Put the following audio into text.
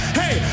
hey